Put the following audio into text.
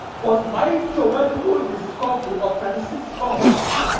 was my theoretical discovery of thirty six formulas,